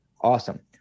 Awesome